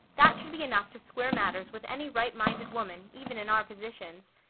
that should be enough to square matters with any right-minded woman, even in our positions.